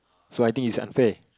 so I think it's unfair